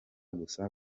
gusa